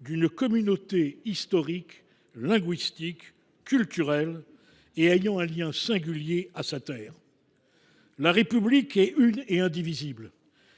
d’une communauté historique, linguistique, culturelle et ayant un lien singulier à sa terre. La République est une et indivisible ;